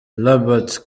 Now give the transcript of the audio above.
lambert